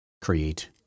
create